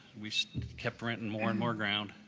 we kept renting more and more ground.